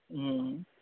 ह्म्